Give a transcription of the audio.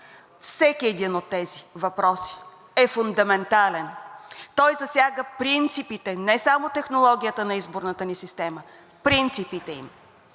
Всеки един от тези въпроси е фундаментален, той засяга принципите – не само технологията на изборната ни система, принципите им.